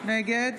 נגד